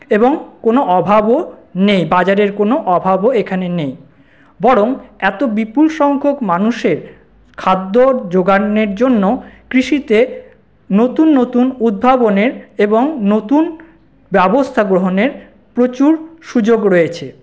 এবং কোনো অভাবও নেই বাজারের কোনো অভাবও এখানে নেই বরং এত বিপুল সংখ্যক মানুষের খাদ্য জোগানের জন্য কৃষিতে নতুন নতুন উদ্ভাবনের এবং নতুন ব্যবস্থা গ্রহণের প্রচুর সুযোগ রয়েছে